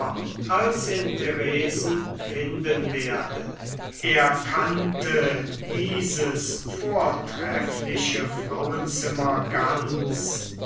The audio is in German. als in theresen finden werde er kannte dieses vortreffliche frauenzimmer ganz